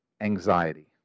anxiety